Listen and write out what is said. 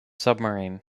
submarine